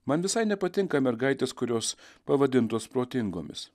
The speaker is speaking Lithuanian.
man visai nepatinka mergaitės kurios pavadintos protingomis